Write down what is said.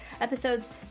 episodes